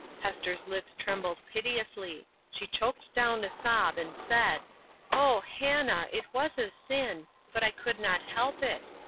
hester's lips trembled piteously she choked down a sob, and said oh, hannah, it was a sin, but i could not help it.